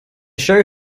show